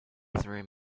three